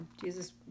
Jesus